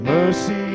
Mercy